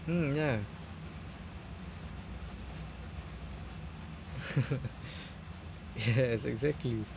mm ya yes exactly